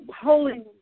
holy